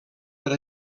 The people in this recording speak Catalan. per